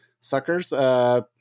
suckers